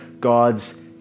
God's